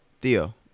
Theo